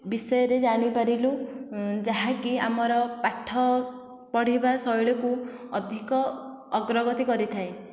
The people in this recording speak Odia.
ବିଷୟରେ ଜାଣିପାରିଲୁ ଯାହାକି ଆମର ପାଠ ପଢିବା ଶୈଳୀକୁ ଅଧିକ ଅଗ୍ରଗତି କରିଥାଏ